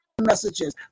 messages